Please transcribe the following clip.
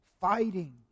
fighting